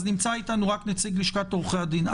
אז נציג לשכת עורכי הדין.